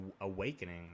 awakening